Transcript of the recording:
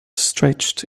stretched